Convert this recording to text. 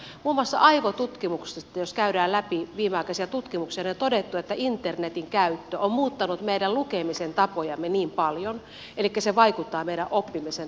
muun muassa aivotutkimuksissa jos käydään läpi viimeaikaisia tutkimuksia on todettu että internetin käyttö on muuttanut meidän lukemisemme tapoja paljon elikkä se vaikuttaa meidän oppimisemme tapaan